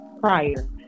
prior